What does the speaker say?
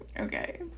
Okay